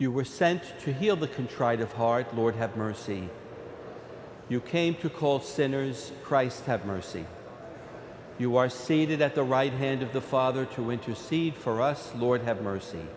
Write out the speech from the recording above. you were sent to heal the contrite of heart lord have mercy you came to call centers christ have mercy you are seated at the right hand of the father to intercede for us lord have mercy